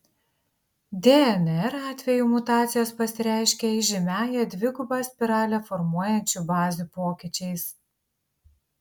dnr atveju mutacijos pasireiškia įžymiąją dvigubą spiralę formuojančių bazių pokyčiais